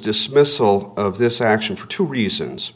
dismissal of this action for two reasons